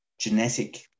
genetic